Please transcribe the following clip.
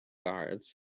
guards